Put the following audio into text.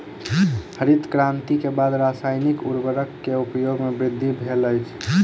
हरित क्रांति के बाद रासायनिक उर्वरक के उपयोग में वृद्धि भेल अछि